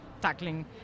tackling